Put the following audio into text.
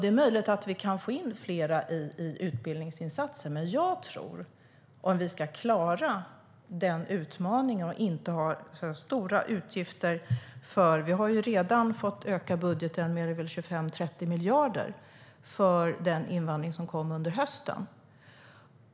Det är möjligt att vi kan få in fler i utbildningsinsatser, men vi måste klara den utmaningen utan att få för stora utgifter. Vi har redan fått öka budgeten med 25-30 miljarder för den invandring som vi hade under hösten.